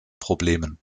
problemen